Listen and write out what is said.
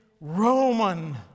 Roman